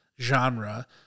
genre